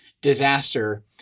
disaster